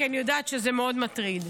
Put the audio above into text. כי אני יודעת שזה מאוד מטריד.